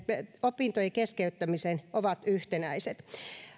opintojen keskeyttämiseen ovat yhtenäiset